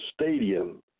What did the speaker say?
stadium